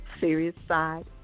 seriousside